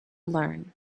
learn